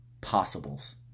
possibles